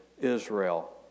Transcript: Israel